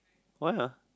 why uh